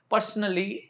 Personally